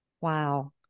Wow